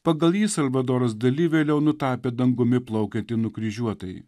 pagal jį salvadoras dali vėliau nutapė dangumi plaukiantį nukryžiuotąjį